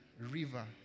river